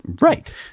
Right